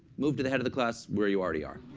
move to the head of the class, where you already are.